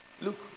look